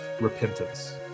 repentance